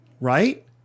Right